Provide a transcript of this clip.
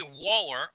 Waller